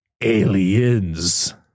aliens